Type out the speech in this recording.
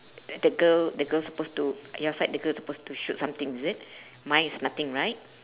the girl the girl suppose to your side the girl is suppose to shoot something is it mine is nothing right